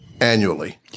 annually